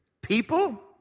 People